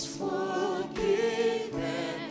forgiven